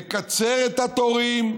לקצר את התורים,